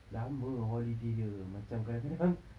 lama holiday dia macam kadang-kadang